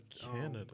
Canada